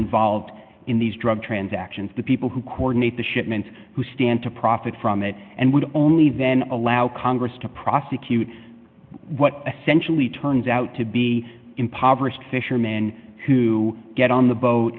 involved in these drug transactions the people who coordinate the shipments who stand to profit from it and would only then allow congress to prosecute what essentially turns out to be impoverished fishermen to get on the boat